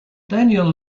daniel